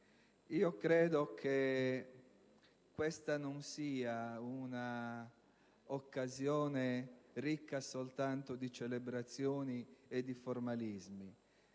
Io credo che questa non sia una occasione ricca soltanto di celebrazioni e di formalismi.